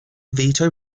veto